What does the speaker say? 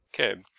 Okay